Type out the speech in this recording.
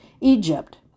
Egypt